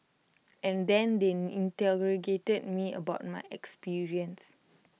and then they me about my experience